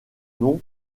nom